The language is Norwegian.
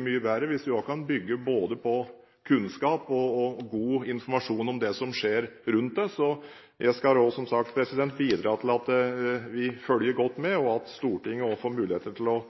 mye bedre hvis vi også kan bygge både på kunnskap og god informasjon om det som skjer rundt det. Så skal jeg også, som sagt, bidra til at vi følger godt med, og at Stortinget også får mulighet til å